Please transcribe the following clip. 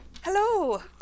Hello